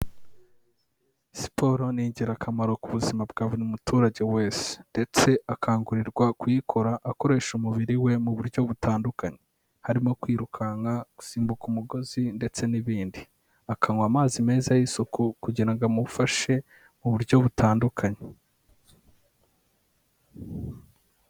Siporo ni ingirakamaro ku buzima bwa buri muturage wese. Ndetse akangurirwa kuyikora akoresha umubiri we mu buryo butandukanye. Harimo kwirukanka, gusimbuka umugozi, ndetse n'ibindi. Akanywa amazi meza y'isuku kugira ngo amufashe mu buryo butandukanye.